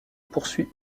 poursuit